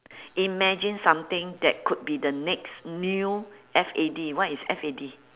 imagine something that could be the next new F A D what is F A D